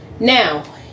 Now